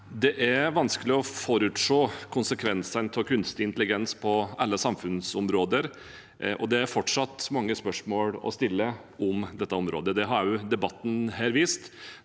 Det er vanskelig å for- utsi konsekvensene av kunstig intelligens på alle samfunnsområder. Det er fortsatt mange spørsmål å stille når det gjelder dette området. Det har også debatten vist,